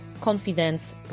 Confidence